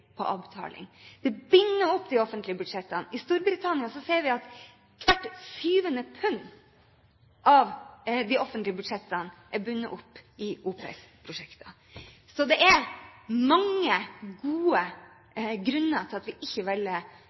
på avbetaling. Det binder opp de offentlige budsjettene. I Storbritannia ser vi at hvert sjuende pund av de offentlige budsjettene er bundet opp i OPS-prosjekter. Så det er mange gode grunner til at vi ikke velger